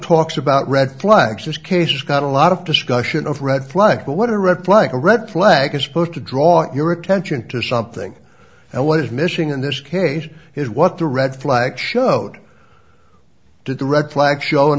talks about red flags this case got a lot of discussion of red flags but what a replica red flag is supposed to draw your attention to something and what is missing in this case is what the red flag showed did the red flags showing